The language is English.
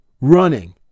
running